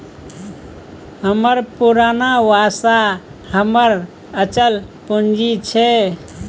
हमर पुरना बासा हमर अचल पूंजी छै